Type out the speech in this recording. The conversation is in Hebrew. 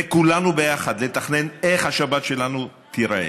וכולנו ביחד, לתכנן איך השבת שלנו תיראה.